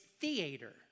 theater